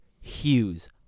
Hughes